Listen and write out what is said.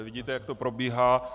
Vidíte, jak to probíhá.